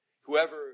whoever